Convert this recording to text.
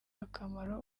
akamaro